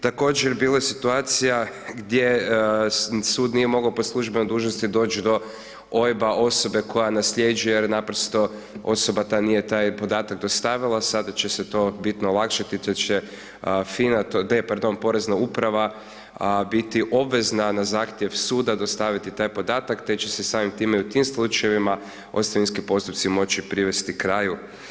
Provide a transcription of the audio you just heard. Također bilo je situacija gdje sud nije mogao po službenoj dužnosti doći do OIB-a osobe koja nasljeđuje jer naprosto osoba nije taj podatak dostavila, sada će se to bitno olakšati te će FINA, ne, pardon, Porezna uprava biti obvezna na zahtjev suda dostaviti taj podatak te će se samim time u ti slučajevima ostavinski postupci moći privesti kraju.